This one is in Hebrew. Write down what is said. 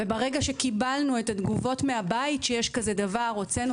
וברגע שקיבלנו את התגובות מהבית שיש כזה דבר הוצאנו